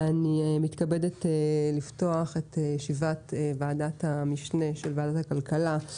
אני מתכבדת לפתוח את ישיבת ועדת המשנה של ועדת הכלכלה,